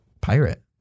Pirate